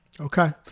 okay